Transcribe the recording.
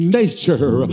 nature